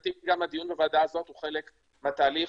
מבחינתי גם הדיון בוועדה הזאת הוא חלק מן התהליך.